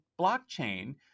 blockchain